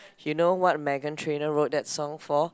you know what Meghan Trainor wrote that song for